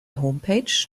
homepage